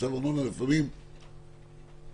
לפעמים